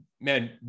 man